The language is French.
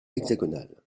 hexagonal